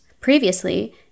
Previously